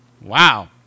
Wow